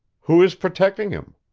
who is protecting him?